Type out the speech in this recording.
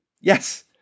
Yes